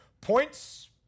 points